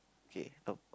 okay now